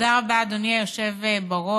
תודה רבה, אדוני היושב-ראש.